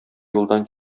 юлдан